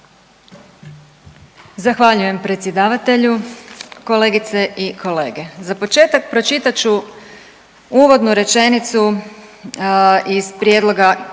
Zahvaljujem predsjedavatelju. Kolegice i kolege, za početak pročitat ću uvodnu rečenicu iz prijedloga